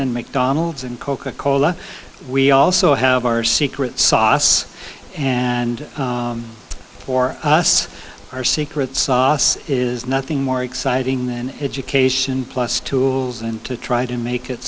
and mcdonald's and coca cola we also have our secret sauce and for us our secret sauce is nothing more exciting than education plus tools and to try to make it